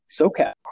SoCal